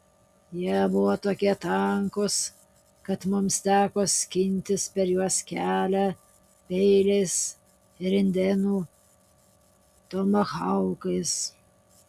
jie buvo tokie tankūs kad mums teko skintis per juos kelią peiliais ir indėnų tomahaukais